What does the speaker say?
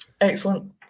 Excellent